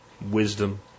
wisdom